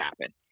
happen